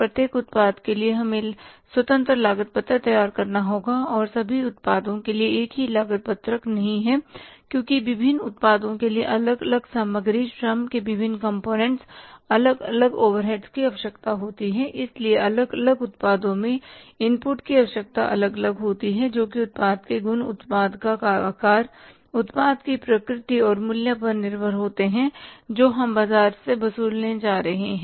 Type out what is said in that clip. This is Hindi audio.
प्रत्येक उत्पाद के लिए हमें स्वतंत्र लागत पत्र तैयार करना होगा और सभी उत्पादों के लिए एक ही लागत पत्रक नहीं है क्योंकि विभिन्न उत्पादों के लिए अलग अलग सामग्री श्रम के विभिन्न कंपोनेंट्स अलग अलग ओवरहेड्स की आवश्यकता होती है इसलिए अलग अलग उत्पादों में इनपुट की आवश्यकता अलग होती है जोकि उत्पाद के गुण उत्पाद का आकार उत्पाद की प्रकृति और मूल्य पर निर्भर होती है जो हम बाजार से वसूलने जा रहे हैं